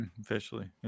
Officially